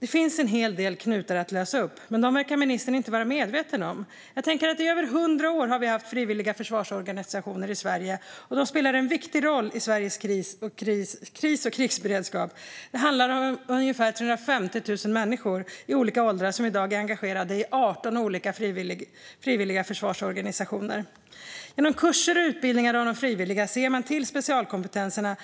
Det finns en hel del knutar att lösa upp, men dem verkar ministern inte vara medveten om. I över 100 år har vi haft frivilliga försvarsorganisationer i Sverige, och de spelar en viktig roll i Sveriges kris och krigsberedskap. Det handlar om ungefär 350 000 människor i olika åldrar som i dag är engagerade i 18 olika frivilliga försvarsorganisationer. Genom kurser och utbildningar av de frivilliga ser man till att specialkompetenserna